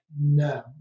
no